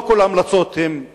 לא כל ההמלצות הן לרוחנו.